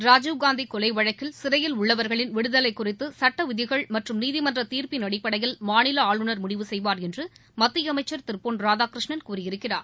ராஜீவ்காந்தி கொலை வழக்கில் சிறையில் உள்ளவர்களின் விடுதலை குறித்து சட்ட விதிகள் மற்றும் நீதிமன்ற தீர்ப்பின் அடிப்படையில் மாநில ஆளுநர் முடிவு செய்வார் என்று மத்திய அமைச்சர் திரு பொன் ராதாகிருஷ்ணன் கூறியிருக்கிறார்